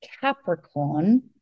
Capricorn